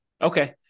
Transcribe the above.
Okay